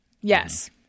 Yes